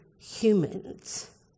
humans